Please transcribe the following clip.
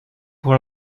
pour